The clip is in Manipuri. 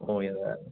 ꯑꯣ ꯌꯥꯔꯦ ꯌꯥꯔꯦ